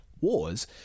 Wars